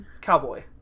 Cowboy